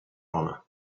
honor